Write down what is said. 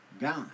God